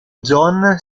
john